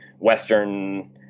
Western